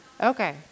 Okay